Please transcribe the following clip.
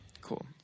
Cool